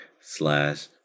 slash